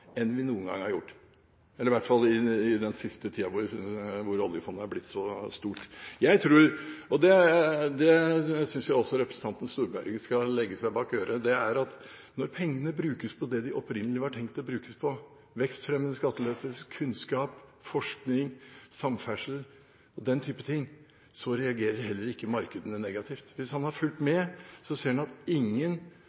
enn vi noen gang har gjort, i hvert fall den siste tida, hvor oljefondet har blitt så stort. Jeg tror – og det synes jeg representanten Storberget skal skrive seg bak øret – at når pengene brukes på det de opprinnelig var tenkt å brukes på: vekstfremmende skattelettelser, kunnskap, forskning, samferdsel og den type ting, reagerer heller ikke markedene negativt. Hvis han har fulgt